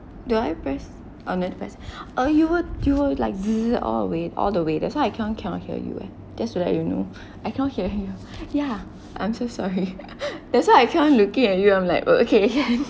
do I press oh don't press uh you would you will like z~ z~ z~ all away all the way that's why I cannot cannot hear you eh just to let you know I cannot hear you ya I'm so sorry that's why I kept on looking at you I'm like oh okay can